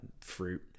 fruit